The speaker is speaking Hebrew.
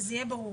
שזה יהיה ברור.